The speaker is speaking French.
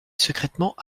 secrètement